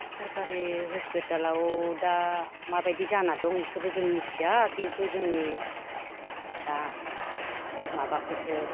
सरखारि हस्पितालाव दा माबायदि जाना दं इखोबो जों मिथिया खिन्थु जोंनि दा माबाखोसो